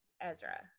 Ezra